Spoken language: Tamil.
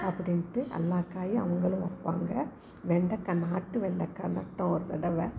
அப்படின்ட்டு எல்லா காயும் அவங்களும் வைப்பாங்க வெண்டக்காய் நாட்டு வெண்டக்காய் நட்டோம் ஒரு தடவை